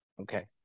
Okay